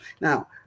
Now